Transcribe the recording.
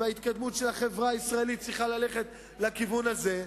וההתקדמות של החברה הישראלית צריכה להיות בכיוון הזה.